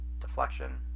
deflection